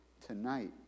tonight